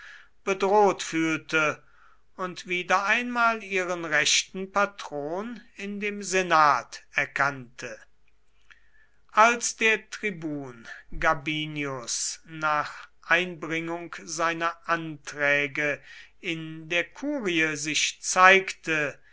bedroht fühlte und wieder einmal ihren rechten patron in dem senat erkannte als der tribun gabinius nach einbringung seiner anträge in der kurie sich zeigte